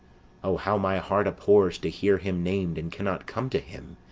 o, how my heart abhors to hear him nam'd and cannot come to him,